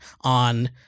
on